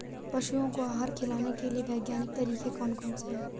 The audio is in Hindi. पशुओं को आहार खिलाने के लिए वैज्ञानिक तरीके कौन कौन से हैं?